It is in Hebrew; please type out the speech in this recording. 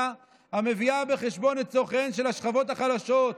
המביאה בחשבון את צורכיהן של השכבות החלשות,